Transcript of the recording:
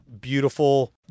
beautiful